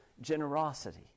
generosity